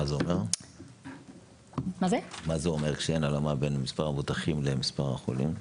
מה זה אומר שאין הלימה בין מספר המבוטחים למספר החולים?